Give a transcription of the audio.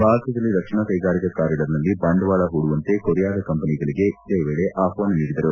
ಭಾರತದಲ್ಲಿ ರಕ್ಷಣಾ ಕೈಗಾರಿಕಾ ಕಾರಿಡಾರ್ನಲ್ಲಿ ಬಂಡವಾಳ ಹೂಡುವಂತೆ ಕೊರಿಯಾದ ಕಂಪನಿಗಳಿಗೆ ಇದೇ ವೇಳೆ ಆಹ್ವಾನ ನೀಡಿದರು